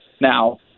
now